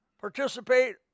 Participate